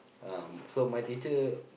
um so my teacher